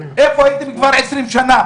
איפה הייתם כבר 20 שנה,